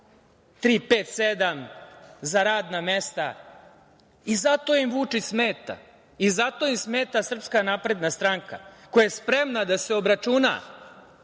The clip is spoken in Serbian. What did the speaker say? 357 za radna mesta. Zato im Vučić smeta. Zato im smeta Srpska napredna stranka, koja je spremna da se obračuna